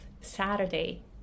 saturday